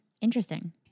Interesting